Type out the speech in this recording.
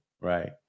Right